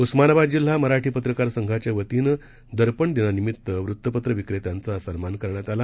उस्मानाबाद जिल्हा मराठी पत्रकार संघाच्या वतीनं दर्पण दिनानिमित्त वृत्तपत्र विक्रेत्यांचा सन्मान करण्यात आला